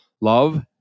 love